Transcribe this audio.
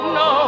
no